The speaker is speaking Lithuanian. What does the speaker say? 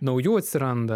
naujų atsiranda